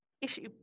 issue